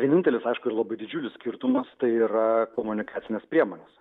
vienintelis aišku ir labai didžiulis skirtumas tai yra komunikacinės priemonės